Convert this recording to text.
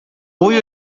буй